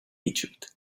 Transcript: egypt